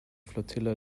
flotilla